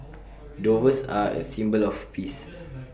doves are A symbol of peace